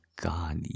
God